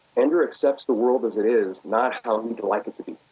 ender accepts the world as it is, not how he'd like it to be,